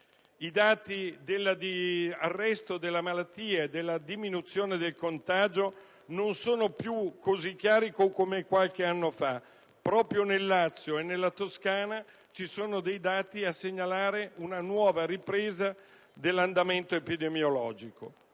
I dati di arresto della malattia e della diminuzione del contagio non sono più così chiari come qualche anno fa. Proprio nel Lazio e nella Toscana emergono dati che segnalano una nuova ripresa dell'andamento epidemiologico.